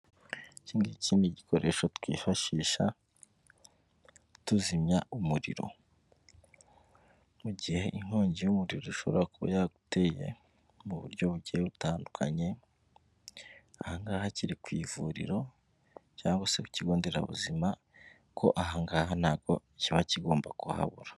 Iki ngiki n'igikoresho twifashisha tuzimya umuriro mu gihe inkongi y'umuriro ishobora kuba yaguteye mu buryo bu butandukanye, ahangaha akiri ku ivuriro cyangwa se ku kigo nderabuzima ko ahangaha ntabwo kiba kigomba kuhabura.